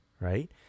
right